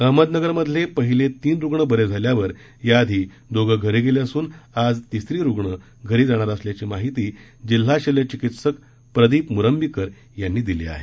अहमदनगर मधले पाहिले तीन रुग्ण बरे झाल्यावर याआधी दोघे घरी गेले असून आज तिसरी रुग्ण घरी जाणार असल्याची माहिती जिल्हा शल्य चिकित्सक प्रदीप म्रंबीकर यांनी दिली आहे